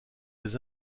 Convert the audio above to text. des